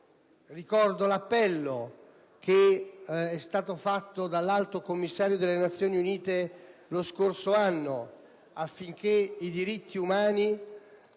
ricordo l'appello che è stato fatto dall'Alto commissario delle Nazioni Unite lo scorso anno affinché i diritti umani